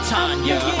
Tanya